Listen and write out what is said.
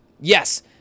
yes